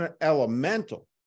elemental